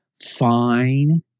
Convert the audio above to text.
fine